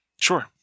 Sure